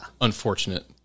unfortunate